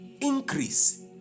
increase